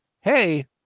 Hey